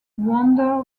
wonder